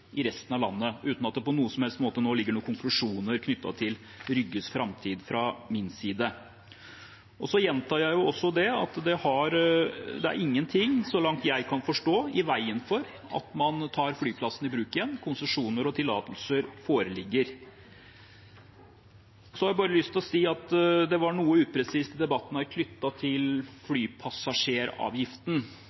i resten av landet – uten at det på noen som helst måte ligger noen konklusjoner fra min side nå knyttet til Rygges framtid. Så gjentar jeg at det ikke er noe i veien for – så langt jeg kan forstå – at man tar flyplassen i bruk igjen, konsesjoner og tillatelser foreligger. Så har jeg bare lyst til å si at det var noe upresist i debatten knyttet til flypassasjeravgiften.